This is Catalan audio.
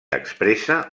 expressa